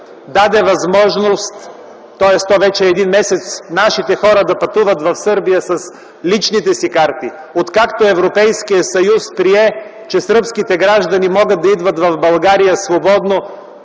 даде възможност нашите хора да пътуват в Сърбия с личните си карти, откакто Европейският съюз прие, че сръбските граждани мога да идват в България свободно,